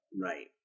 Right